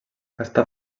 està